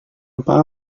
apa